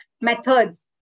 methods